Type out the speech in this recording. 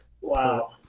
Wow